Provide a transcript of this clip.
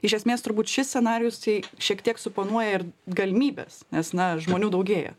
iš esmės turbūt šis scenarijus jei šiek tiek suponuoja ir galimybes nes na žmonių daugėja